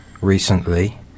recently